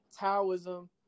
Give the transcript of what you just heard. Taoism